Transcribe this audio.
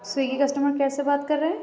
سیوگی customer care سے بات کر رہے ہیں